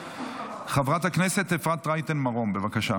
חברת הכנסת אפרת רייטן מרום, בבקשה,